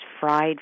fried